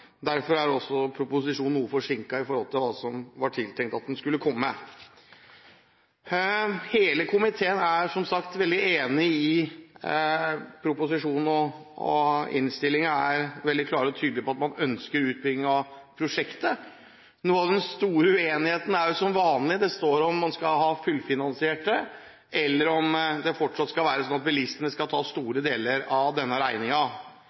Derfor er også proposisjonen noe forsinket i forhold til det som var tiltenkt. Hele komiteen er som sagt enig i proposisjonen, og innstillingen er klar og tydelig på at man ønsker utbygging av prosjektet. Den store uenigheten står som vanlig om man skal ha fullfinansiering eller om det fortsatt skal være sånn at bilistene skal ta store deler av